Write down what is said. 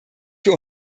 für